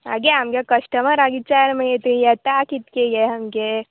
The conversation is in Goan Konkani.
आगे आमगे कस्टमराक विचार मगे ते येता कितके गे सामगे